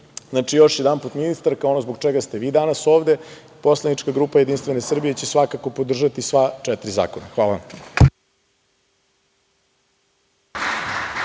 priča. Još jedanput, ministarka ono zbog čega ste vi danas ovde, poslanička grupa JS će svakako podržati sva četiri zakona. Hvala vam.